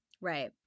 Right